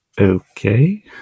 Okay